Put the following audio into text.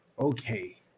Okay